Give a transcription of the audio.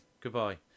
Goodbye